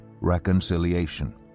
reconciliation